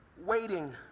waiting